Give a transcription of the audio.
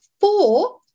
four